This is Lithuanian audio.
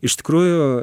iš tikrųjų